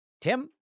Tim